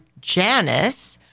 Janice